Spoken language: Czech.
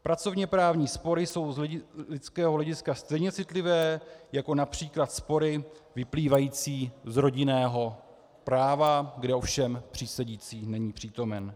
Pracovněprávní spory jsou z lidského hlediska stejně citlivé jako např. spory vyplývající z rodinného práva, kde ovšem přísedící není přítomen.